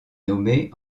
nommée